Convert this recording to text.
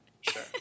Sure